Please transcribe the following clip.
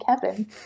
Kevin